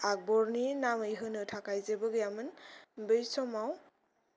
आकबरनि नामै होनो थाखाय जेबो गैयामोन बै समाव